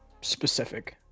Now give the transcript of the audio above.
specific